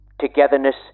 togetherness